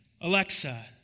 Alexa